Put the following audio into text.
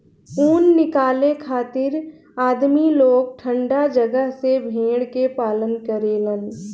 ऊन निकाले खातिर आदमी लोग ठंडा जगह में भेड़ के पालन करेलन